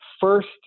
first